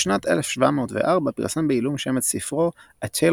בשנת 1704 פרסם בעילום שם את ספרו A Tale